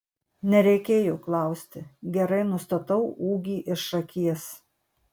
nereikėjo klausti gerai nustatau ūgį iš akies